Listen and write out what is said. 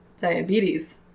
Diabetes